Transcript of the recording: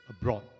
abroad